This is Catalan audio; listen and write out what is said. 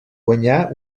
guanyar